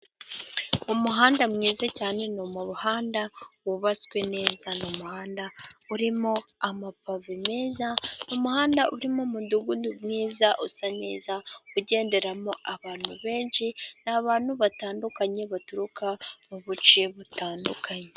Umuhanda mwiza cyane, ni mumuhanda wubatswe neza, ni umuhanda urimo amapave meza, umuhanda urimo umudugudu mwiza usa neza, ugenderamo abantu benshi, ni abantu batandukanye, baturuka mu buce butandukanye.